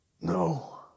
No